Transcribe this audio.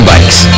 bikes